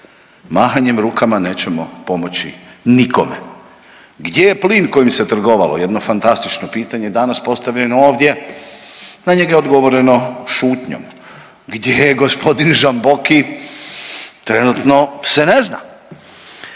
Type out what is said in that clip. mahanjem rukama nećemo pomoći nikome. Gdje je plin kojim se trgovalo, jedno fantastično pitanje danas postavljeno ovdje, na njega je odgovoreno šutnjom. Gdje je g. Žamboki, trenutno se ne zna.